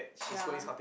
ya